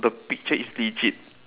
the picture is legit